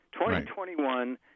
2021